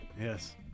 Yes